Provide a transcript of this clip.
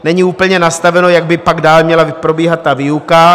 Není úplně nastaveno, jak by pak dál měla probíhat výuka.